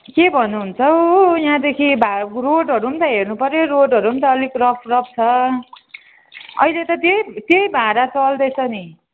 के भन्नु हुन्छ हौ यहाँदेखि भा रोडहरू पनि त हेर्नुपर्यो रोडहरू पनि त अलिक रफ रफ छ अहिले त त्यही त्यही भाडा चल्दैछ नि